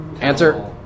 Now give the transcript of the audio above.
Answer